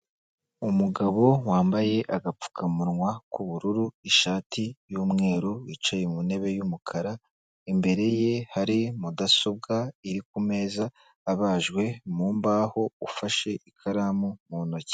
Umugabo wambaye agapfukamunwa k'ubururu, ishati y'umweru wicaye mu ntebe y'umukara, imbere ye hari mudasobwa iri ku meza abajwe mu mbaho, ufashe ikaramu mu ntoki.